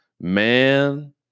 man